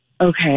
Okay